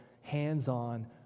hands-on